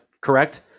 correct